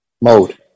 mode